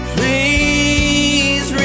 Please